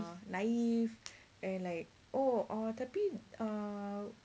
naive and like oh or tapi uh